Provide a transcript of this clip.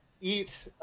eat